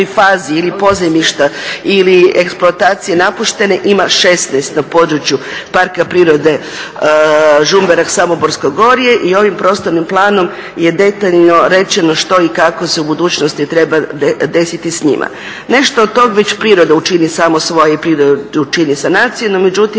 fazi ili pozajmišta ili eksploatacija napuštene ima 16 na području Parka prirode Žumberak, Samoborsko gorje i ovim prostornim planom je detaljno rečeno što i kako se u budućnosti treba desiti s njima. Nešto od toga već priroda učini, … učini sanacije, no međutim